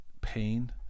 pain